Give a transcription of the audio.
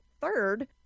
third